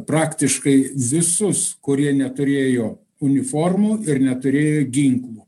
praktiškai visus kurie neturėjo uniformų ir neturėjo ginklų